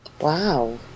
Wow